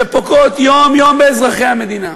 שפוגעות יום-יום באזרחי המדינה,